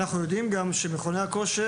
אנחנו גם יודעים שברגע שקטינים מגיעים למכוני הכושר,